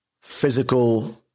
physical